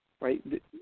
right